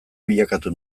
bilakatu